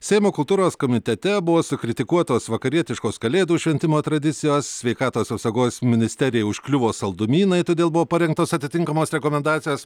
seimo kultūros komitete buvo sukritikuotos vakarietiškos kalėdų šventimo tradicijos sveikatos apsaugos ministerijai užkliuvo saldumynai todėl buvo parengtos atitinkamos rekomendacijos